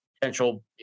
potential